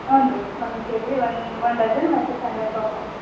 ಹ್ಞೂ ರೀ one K G one dozen Mysuru sandal soap